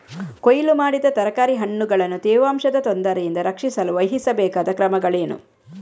ಕೊಯ್ಲು ಮಾಡಿದ ತರಕಾರಿ ಹಣ್ಣುಗಳನ್ನು ತೇವಾಂಶದ ತೊಂದರೆಯಿಂದ ರಕ್ಷಿಸಲು ವಹಿಸಬೇಕಾದ ಕ್ರಮಗಳೇನು?